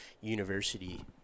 university